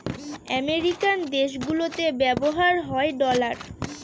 American দেশগুলিতে ব্যবহার হয় ডলার